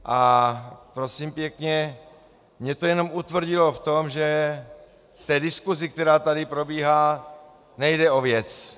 A prosím pěkně, mě to jenom utvrdilo v tom, že v té diskusi, která tady probíhá, nejde o věc.